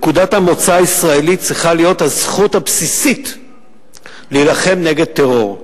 נקודת המוצא הישראלית צריכה להיות הזכות הבסיסית להילחם נגד טרור.